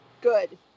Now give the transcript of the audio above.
Good